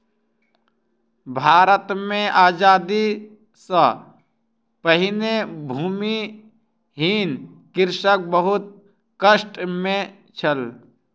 भारत मे आजादी सॅ पहिने भूमिहीन कृषक बहुत कष्ट मे छल